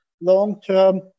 long-term